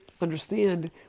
understand